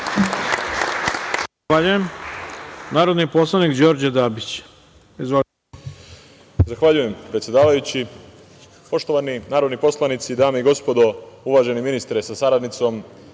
Zahvaljujem. Narodni poslanik mr Đorđe Kosanić.